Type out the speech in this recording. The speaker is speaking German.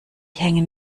hängen